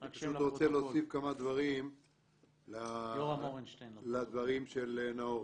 אני פשוט רוצה להוסיף כמה דברים לדברים של נאור.